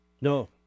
no